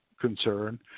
concern